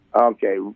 okay